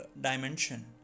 dimension